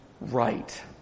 right